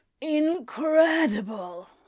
incredible